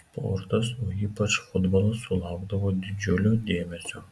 sportas o ypač futbolas sulaukdavo didžiulio dėmesio